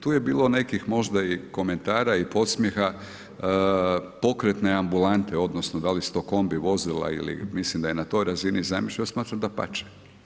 Tu je bilo nekih možda i komentara i podsmjeha, pokretne ambulante, odnosno da li su to kombi vozila ili mislim da je na toj razini zamišljeno, ja smatram dapače.